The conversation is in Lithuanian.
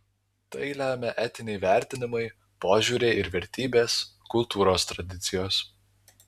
tai lemia etiniai vertinimai požiūriai ir vertybės kultūros tradicijos